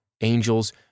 angels